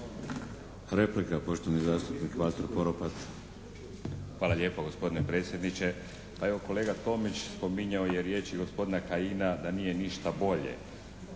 Hvala